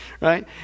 right